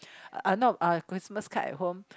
uh no uh Christmas card at home